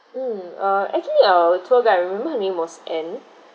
mm uh actually our tour guide I remember her name was anne